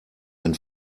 ein